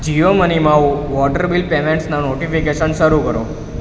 જીઓ મનીમાં water bill પેમેંટસના notification શરૂ કરો